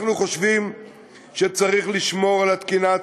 אנחנו חושבים שצריך לשמור על התקינה,